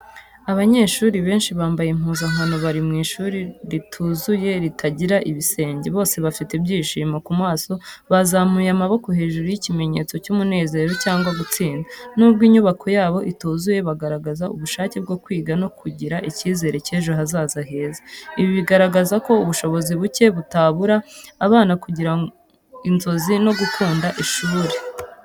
Abanyeshuri benshi bambaye impuzankano bari mu ishuri rituzuye, ritagira ibisenge. Bose bafite ibyishimo ku maso, bazamuye amaboko hejuru nk’ikimenyetso cy’umunezero cyangwa gutsinda. Nubwo inyubako yabo ituzuye, bagaragaza ubushake bwo kwiga no kugira icyizere cy’ejo hazaza heza. Ibi bigaragaza ko ubushobozi buke butabuza abana kugira inzozi no gukunda ishuri.